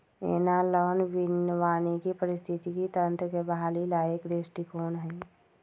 analogue वानिकी पारिस्थितिकी तंत्र के बहाली ला एक दृष्टिकोण हई